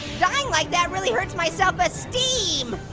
dying like that really hurts my self es-steam!